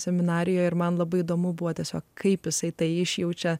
seminarijoje ir man labai įdomu buvo tiesiog kaip jisai tai išjaučia